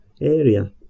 area